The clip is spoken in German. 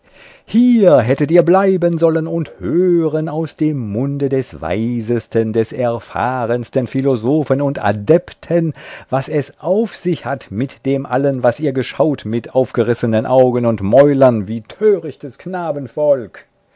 hier hättet ihr bleiben sollen und hören aus dem munde des weisesten des erfahrensten philosophen und adepten was es auf sich hat mit dem allen was ihr geschaut mit aufgerissenen augen und mäulern wie törichtes